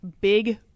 big